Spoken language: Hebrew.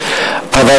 בבתי-הדין,